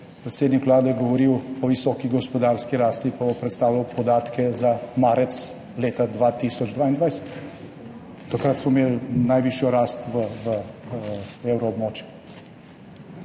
predsednik Vlade govoril o visoki gospodarski rasti, predstavljal bo pa podatke za marec leta 2022. Takrat smo imeli najvišjo rast v Evroobmočju.